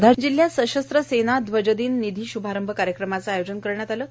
वर्धा जिल्हयात सशस्त्र सेना ध्वजदिन निधी शभारंभ कार्यक्रमाचे आयोजन करण्यात आले आहे